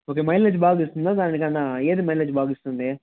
okay mileage బాగా ఇస్తుందా దానికన్నా ఏది మైలేజ్ బాగా ఇస్తుంది